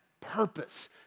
purpose